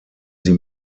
sie